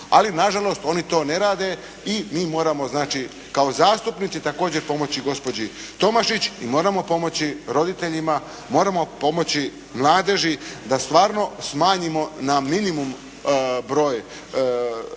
Ali nažalost, oni to ne rade i mi moramo znači kao zastupnici također pomoći gospođi Tomašić i moramo pomoći roditeljima, moramo pomoći mladeži da stvarno smanjimo na minimum broj korisnika